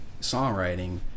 songwriting